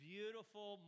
Beautiful